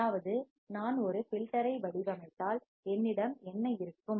அதாவது நான் ஒரு ஃபில்டர் ஐ வடிவமைத்தால் என்னிடம் என்ன இருக்கும்